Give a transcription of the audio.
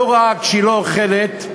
לא רק שהיא לא אוכלת,